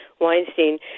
Weinstein